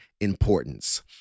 Importance